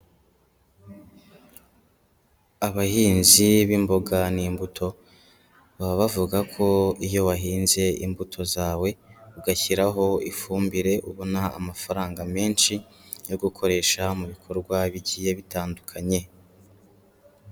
Abahinzi b'imboga n'imbuto baba bavuga ko iyo wahinze imbuto zawe, ugashyiraho ifumbire, ubona amafaranga menshi yo gukoresha mu bikorwa bigiye bitandukanye.